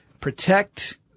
protect